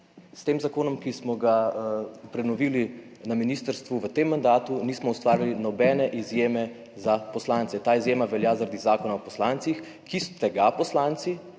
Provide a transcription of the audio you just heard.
S tem zakonom, ki smo ga prenovili na ministrstvu v tem mandatu nismo ustvarili nobene izjeme za poslance. Ta izjema velja zaradi Zakona o poslancih, ki ste ga poslanci